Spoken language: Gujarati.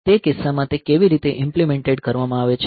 તે કિસ્સામાં તે કેવી રીતે ઇંપ્લીમેંટેડ કરવામાં આવે છે